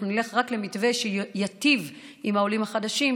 אנחנו נלך רק למתווה שייטיב עם העולים החדשים,